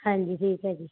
ਹਾਂਜੀ ਠੀਕ ਹੈ ਜੀ